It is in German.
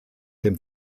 dem